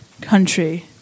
country